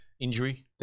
injury